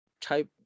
type